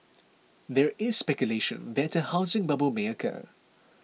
there is speculation that a housing bubble may occur